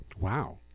Wow